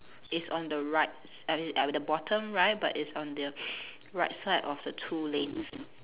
it's on the right s~ at at the bottom right but it's on the right side of the two lanes